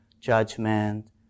judgment